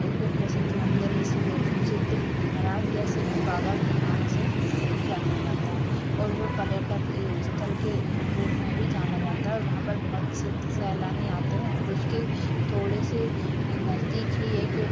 एक प्रसिद्ध मंदिर जिसको सिद्ध महाराज या सिद्ध बाबा के नाम से जाना जाता है और वह पर्यटक स्थल के रूप में भी जाना जाता है और वहाँ पर बहुत से सैलानी आते हैं और उसके थोड़े से नज़दीक ही एक